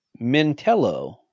Mentello